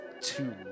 two